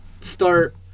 start